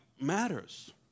matters